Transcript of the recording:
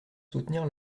soutenir